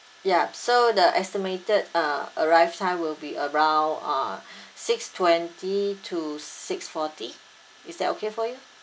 yup so the estimated uh arrive time will be around ah six twenty to six forty is that okay for you